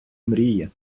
мрії